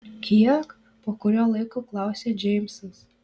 kiek po kurio laiko klausia džeimsas